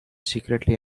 secretly